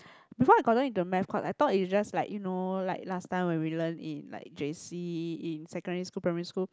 before I gotten into a mass course I thought it just like you know like last time when we learned in like J_C in secondary school primary school